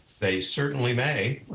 they certainly may.